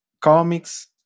comics